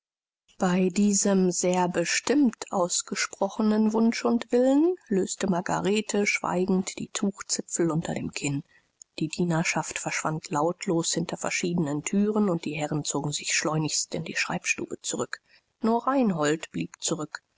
bei diesem sehr bestimmt ausgesprochenen wunsch und willen löste margarete schweigend die tuchzipfel unter dem kinn die dienerschaft verschwand lautlos hinter verschiedenen thüren und die herren zogen sich schleunigst in die schreibstube zurück nur reinhold blieb zurück